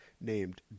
named